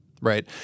Right